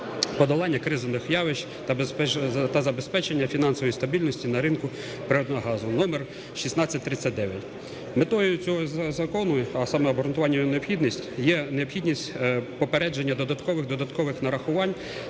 подолання кризових явищ та забезпечення фінансової стабільності на ринку природного газу" (№ 1639). Метою цього закону, а саме обґрунтування його необхідності, є необхідність попередження додаткових додаткових